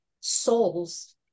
souls